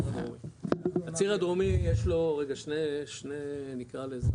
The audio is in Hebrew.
הציר הדרומי יש לו שני חלקים,